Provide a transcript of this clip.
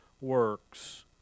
works